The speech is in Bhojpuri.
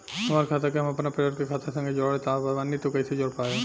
हमार खाता के हम अपना परिवार के खाता संगे जोड़े चाहत बानी त कईसे जोड़ पाएम?